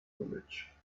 village